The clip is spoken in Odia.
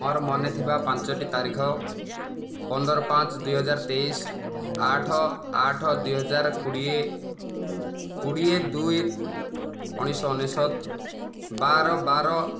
ମୋର ମନେ ଥିବା ପାଞ୍ଚୋଟି ତାରିଖ ପନ୍ଦର ପାଞ୍ଚ ଦୁଇହଜାର ତେଇଶ ଆଠ ଆଠ ଦୁଇହଜାର କୋଡ଼ିଏ କୋଡ଼ିଏ ଦୁଇ ଉଣେଇଶହ ଅନେଶତ ବାର ବାର